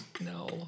No